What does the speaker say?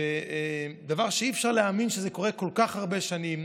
ודבר שאי-אפשר להאמין שקורה כל כך הרבה שנים,